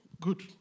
good